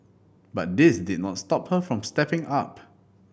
but this did not stop her from stepping up